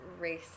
racist